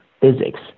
physics